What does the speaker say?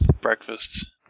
breakfast